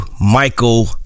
Michael